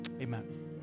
amen